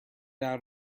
out